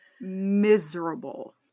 miserable